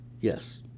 Yes